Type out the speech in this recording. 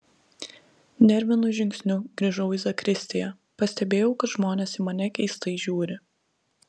nervinu žingsniu grįžau į zakristiją pastebėjau kad žmonės į mane keistai žiūri